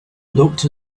looked